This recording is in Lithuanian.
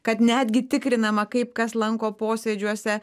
kad netgi tikrinama kaip kas lanko posėdžiuose